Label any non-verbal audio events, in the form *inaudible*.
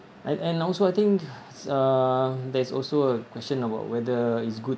and and also I think *breath* uh there's also a question about whether it's good